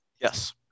Yes